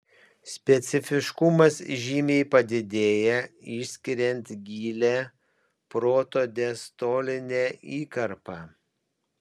specifiškumas žymiai padidėja išskiriant gilią protodiastolinę įkarpą